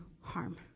harm